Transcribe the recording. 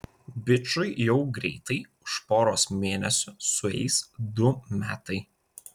bičui jau greitai už poros mėnesių sueis du metai